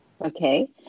Okay